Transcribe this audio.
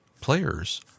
players